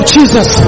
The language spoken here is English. Jesus